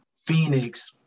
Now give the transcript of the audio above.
Phoenix